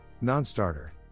non-starter